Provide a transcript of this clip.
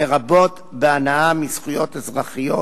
לרבות בהנאה מזכויות אזרחיות,